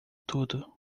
tudo